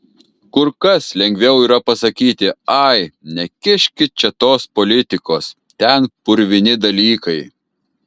kur kas lengviau yra pasakyti ai nekiškit čia tos politikos ten purvini dalykai